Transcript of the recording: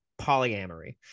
polyamory